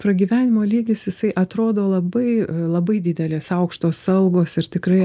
pragyvenimo lygis jisai atrodo labai labai didelės aukštos algos ir tikrai